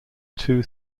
two